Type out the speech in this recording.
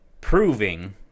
proving